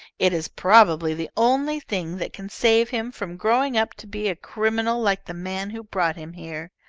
it is probably the only thing that can save him from growing up to be a criminal like the man who brought him here.